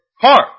heart